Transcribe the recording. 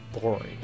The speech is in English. boring